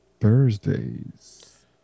Thursdays